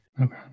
Okay